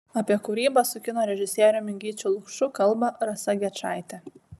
apie kūrybą su kino režisieriumi gyčiu lukšu kalba rasa gečaitė